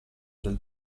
del